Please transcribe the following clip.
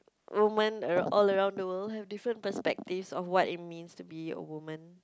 women ar~ all around the world have different perspectives of what it means to be a woman